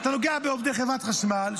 אתה נוגע בעובדי חברת חשמל?